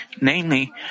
namely